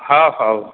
ହଉ